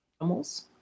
animals